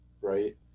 right